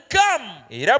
come